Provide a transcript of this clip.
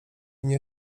nie